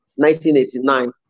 1989